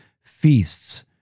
feasts